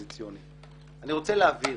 אני רוצה להבהיר